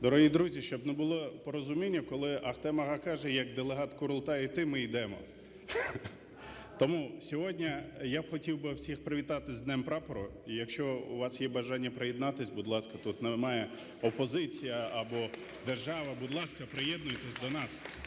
Дорогі друзі, щоб було порозуміння, коли Ахтем-ага каже як делегат Курултаю йти – ми йдемо. Тому сьогодні я хотів би всіх привітати з Днем Прапора. І якщо у вас є бажання приєднатись, будь ласка, тут немає опозиції або держави, будь ласка, приєднуйтесь до нас.